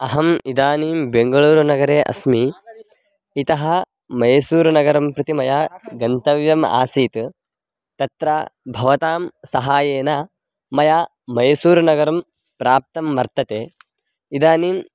अहम् इदानीं बेङ्गळूरुनगरे अस्मि इतः मैसूरुनगरं प्रति मया गन्तव्यम् आसीत् तत्र भवतां सहायेन मया मैसूरुनगरं प्राप्तं वर्तते इदानीं